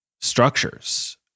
structures